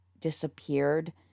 disappeared